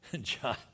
John